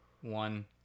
one